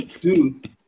Dude